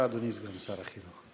בבקשה, אדוני סגן שר החינוך.